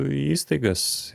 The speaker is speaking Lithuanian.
į įstaigas